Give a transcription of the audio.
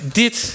dit